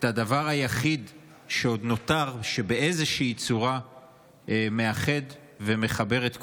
את הדבר היחיד שעוד נותר שבאיזושהי צורה מאחד ומחבר את כולנו.